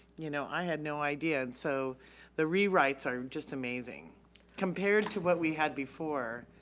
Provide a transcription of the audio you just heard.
you know i had no idea, and so the rewrites are just amazing compared to what we had before,